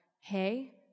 hey